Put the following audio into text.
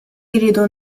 irridu